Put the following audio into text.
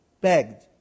begged